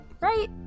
Right